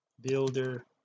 builder